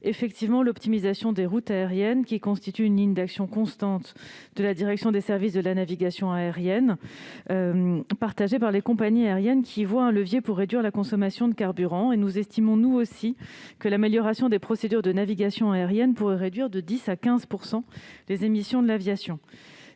effet de serre. L'optimisation des routes aériennes constitue une ligne d'action constante de la direction des services de la navigation aérienne. Elle est partagée par les compagnies aériennes, qui y voient un levier pour réduire la consommation de carburant. Nous estimons, nous aussi, que l'amélioration des procédures de navigation aérienne pourrait réduire de 10 % à 15 % les émissions de l'aviation.